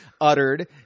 uttered